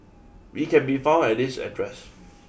he can be found at this address